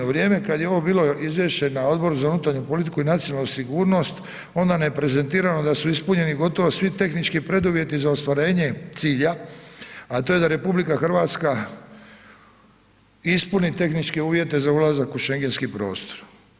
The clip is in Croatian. U vrijeme kad je ovo bilo izvješće na Odboru na unutarnju politiku i nacionalnu sigurnost, onda ne prezentirano da su ispunjeni gotovo svi tehnički preduvjeti za ostvarenje cilja, a to je da RH ispuni tehničke uvjete za ulazak u Schengenski prostor.